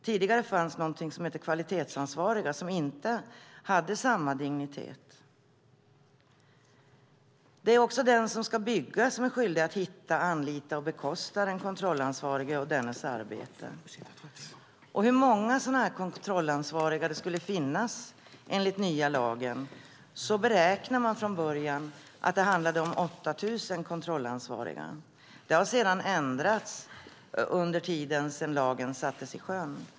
Tidigare fanns kvalitetsansvariga som inte hade samma dignitet. Det är också den som ska bygga som är skyldig att hitta, anlita och bekosta den kontrollansvarige och dennes arbete. Hur många kontrollansvariga skulle det finnas enligt den nya lagen? Man beräknade från början att det handlade om 8 000 kontrollansvariga. Siffran har därefter ändrats under tiden sedan lagen sattes i sjön.